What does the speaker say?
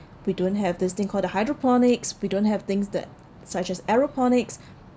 we don't have this thing called the hydroponics we don't have things that such as aeroponics